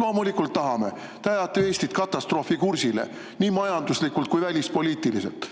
Loomulikult tahame. Te ajate Eestit katastroofikursile nii majanduslikult kui ka välispoliitiliselt.